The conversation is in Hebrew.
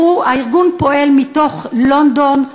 הארגון פועל מלונדון,